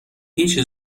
هیچ